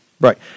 Right